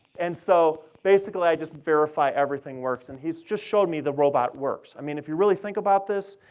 and so basically i just verify everything works, and he's just showed me the robot works. i mean if you really think about this,